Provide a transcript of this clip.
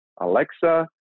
Alexa